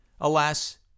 Alas